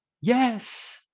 yes